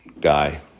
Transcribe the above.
guy